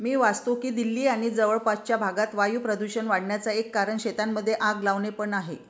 मी वाचतो की दिल्ली आणि जवळपासच्या भागात वायू प्रदूषण वाढन्याचा एक कारण शेतांमध्ये आग लावणे पण आहे